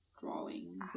Drawing